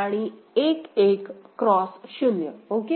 आणि 1 1 X 0 okay